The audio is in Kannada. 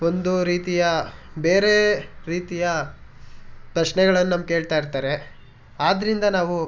ಒಂದು ರೀತಿಯ ಬೇರೆ ರೀತಿಯ ಪ್ರಶ್ನೆಗಳನ್ನ ನಮ್ಗೆ ಕೇಳ್ತಾಯಿರ್ತಾರೆ ಆದ್ದರಿಂದ ನಾವು